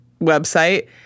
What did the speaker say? website